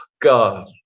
God